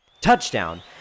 Touchdown